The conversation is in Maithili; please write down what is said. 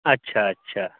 अच्छा अच्छा